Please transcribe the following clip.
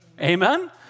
Amen